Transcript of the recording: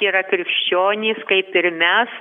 yra krikščionys kaip ir mes